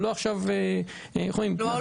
כלומר,